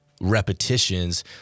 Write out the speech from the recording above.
repetitions